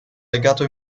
legato